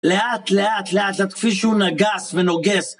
לאט, לאט, לאט, כפי שהוא נגס ונוגס